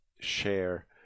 share